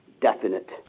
Definite